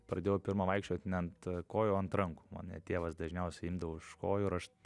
pradėjau pirma vaikščiot ne ant kojų o ant rankų mane tėvas dažniausiai imdavo už kojų ir aš